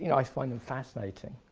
you know i find them fascinating.